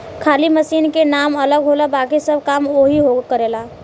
खाली मशीन के नाम अलग होला बाकिर सब काम ओहीग करेला